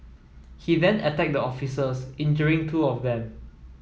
he then attacked the officers injuring two of them